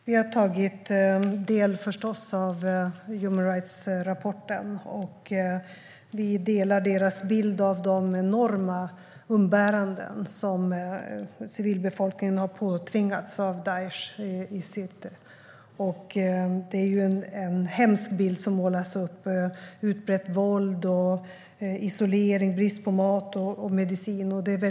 Herr talman! Vi har förstås tagit del av rapporten från Human Rights Watch. Vi delar deras bild av de enorma umbäranden som civilbefolkningen har påtvingats av Daish i Sète. Den är en hemsk bild som målas upp. Det är utbrett våld, isolering, brist på mat och medicin.